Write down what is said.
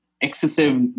excessive